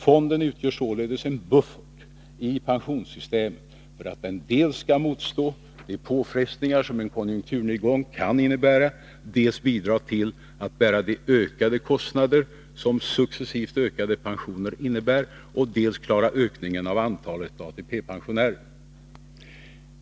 Fonden utgör således en buffert i pensionssystemet för att den skall dels motstå de påfrestningar som en konjunkturnedgång kan innebära, dels bidra till att bära de ökade kostnader som successivt höjda pensioner innebär och dels klara ökningen av antalet ATP-pensionärer.